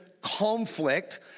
conflict